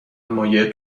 مایع